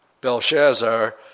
Belshazzar